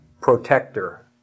protector